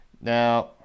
Now